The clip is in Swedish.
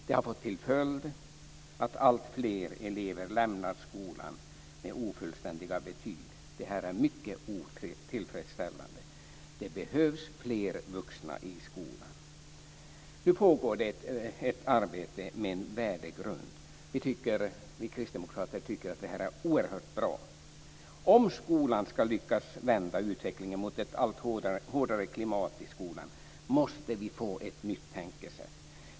Det har fått till följd att alltfler elever lämnar skolan med ofullständiga betyg. Det här är mycket otillfredsställande. Det behövs fler vuxna i skolan. Nu pågår det ett arbete med en värdegrund. Vi kristdemokrater tycker att det är oerhört bra. Om skolan ska lyckas vända utvecklingen mot ett allt hårdare klimat i skolan måste vi få ett nytt tänkesätt.